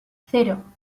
cero